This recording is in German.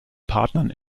partnern